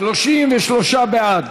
33 בעד,